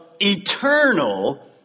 eternal